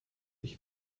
ich